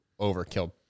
overkill